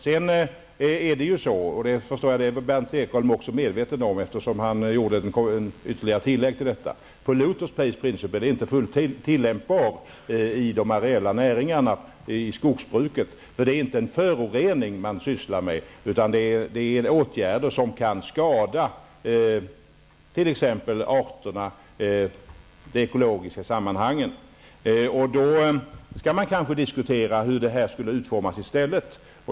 Sedan är det ju så -- och det förstår jag att Berndt Ekholm är medveten om, eftersom han gjorde ett tillägg -- att polluter-pays-principle är inte fullt tillämpbar i de areella näringarna, inom skogsbruket, för det är inte en förorening man sysslar med, utan det är fråga om åtgärder som kan skada t.ex. arterna och de ekologiska sammanhangen. I så fall skall man kan diskutera hur det här i stället borde utformas.